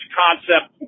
concept